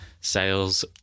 sales